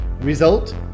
Result